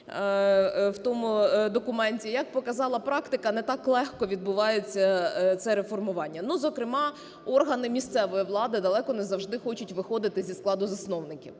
в тому документі. Як показала практика, не так легко відбувається це реформування. Ну, зокрема, органи місцевої влади далеко не завжди хочуть виходити зі складу засновників